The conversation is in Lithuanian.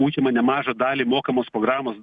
užima nemažą dalį mokamos programos